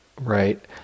right